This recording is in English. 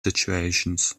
situations